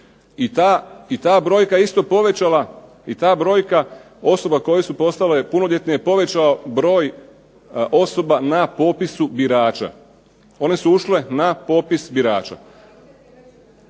i ta brojka osoba koje su postale punoljetne je povećao broj osoba na popisu birača. One su ušle na popis birača.